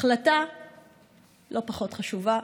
החלטה לא פחות חשובה,